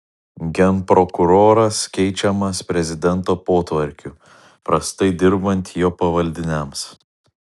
genprokuroras keičiamas prezidento potvarkiu prastai dirbant jo pavaldiniams